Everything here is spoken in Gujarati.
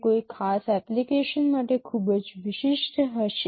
તે કોઈ ખાસ એપ્લિકેશન માટે ખૂબ જ વિશિષ્ટ હશે